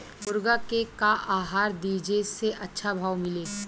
मुर्गा के का आहार दी जे से अच्छा भाव मिले?